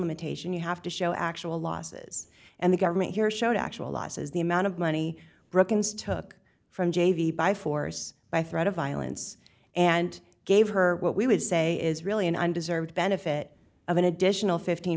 limitation you have to show actual losses and the government here showed actual losses the amount of money brooklyn's took from j v by force by threat of violence and gave her what we would say is really an undeserved benefit of an additional fifteen